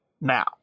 Now